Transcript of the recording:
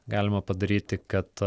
galima padaryti kad